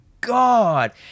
God